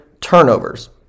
turnovers